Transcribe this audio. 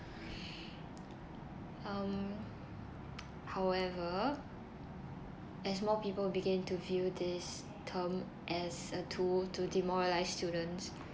um however as more people begin to view this term as a tool to demoralise students